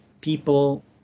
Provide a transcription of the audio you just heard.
people